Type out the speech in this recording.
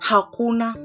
Hakuna